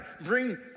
bring